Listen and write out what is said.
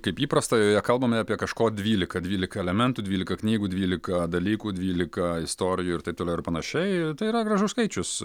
kaip įprasta joje kalbame apie kažko dvylika dvylika elementų dvylika knygų dvylika dalykų dvylika istorijų ir taip toliau ir panašiai tai yra gražus skaičius